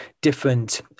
different